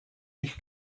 nicht